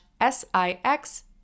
s-i-x-